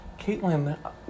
Caitlin